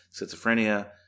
schizophrenia